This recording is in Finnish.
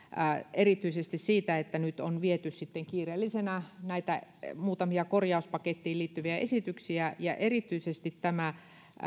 erityisesti siitä että nyt on viety sitten kiireellisenä näitä muutamia korjauspakettiin liittyviä esityksiä erityisesti nämä